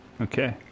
Okay